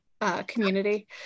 community